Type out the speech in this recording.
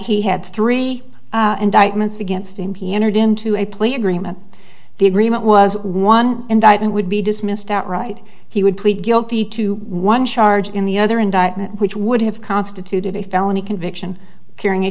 he had three indictments against him he entered into a plea agreement the agreement was one indictment would be dismissed outright he would plead guilty to one charge in the other indictment which would have constituted a felony conviction carrying a